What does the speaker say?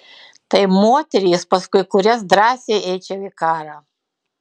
tai moterys paskui kurias drąsiai eičiau į karą